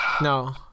No